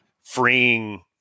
freeing